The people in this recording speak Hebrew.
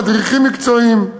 מדריכים מקצועיים,